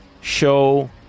show